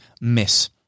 miss